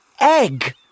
egg